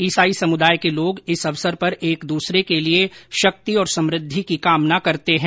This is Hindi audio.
इसाई समुदाय के लोग इस अवसर पर एक दूसरे के लिए शक्ति और समुद्धि की कामना करते हैं